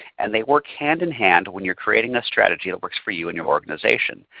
and they work hand-in-hand when you're creating a strategy that works for you and your organization.